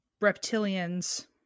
reptilians